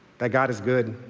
that god is good.